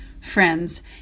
friends